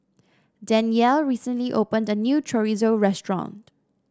Danyell recently opened a new Chorizo restaurant